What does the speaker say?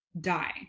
die